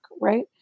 right